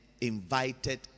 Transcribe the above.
invited